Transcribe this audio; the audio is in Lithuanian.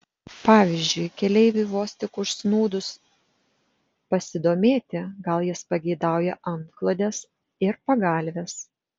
pavyzdžiui keleiviui vos tik užsnūdus pasidomėti gal jis pageidauja antklodės ir pagalvės